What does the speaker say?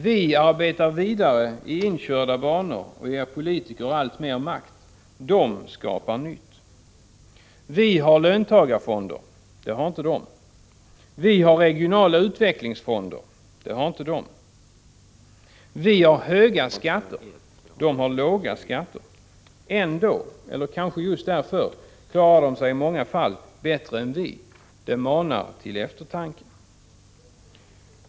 — Vi arbetar vidare i inkörda banor och ger politiker alltmer makt. De skapar nytt. — Vi har löntagarfonder. Det har inte de. — Vi har regionala utvecklingsfonder. Det har inte de. — Vi har höga skatter. De har låga skatter. Ändå - eller kanske just därför — klarar de sig i många fall bättre än vi. Det manar till eftertanke.